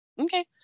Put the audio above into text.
Okay